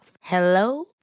Hello